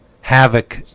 Havoc